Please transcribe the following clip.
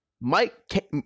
Mike